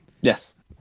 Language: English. Yes